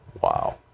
Wow